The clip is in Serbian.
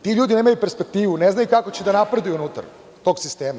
Ti ljudi nemaju perspektivu, ne znaju kako će da napreduju unutar tog sistema.